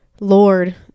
lord